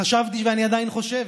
חשבתי, ואני עדיין חושב,